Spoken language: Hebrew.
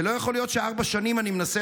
זה לא יכול להיות שארבע שנים אני מנסה